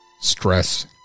stress